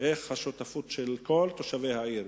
מאוד את השותפות של כל תושבי העיר,